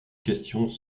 questions